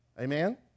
Amen